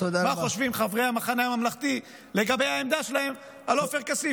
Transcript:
מה חושבים חברי המחנה הממלכתי לגבי העמדה שלהם על עופר כסיף,